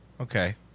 Okay